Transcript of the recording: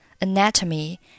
anatomy